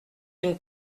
une